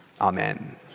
Amen